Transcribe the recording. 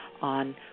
on